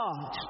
God